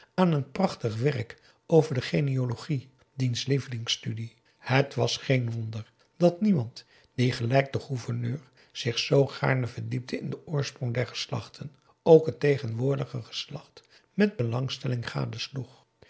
aan een prachtig werk over de genealogie diens lievelingsstudie het was geen wonder dat iemand die gelijk de gouverneur zich zoo gaarne verdiepte in den oorsprong der geslachten ook het tegenwoordige geslacht met belangstelling